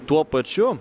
tuo pačiu